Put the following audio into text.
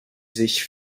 sich